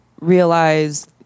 realize